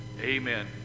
Amen